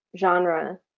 genre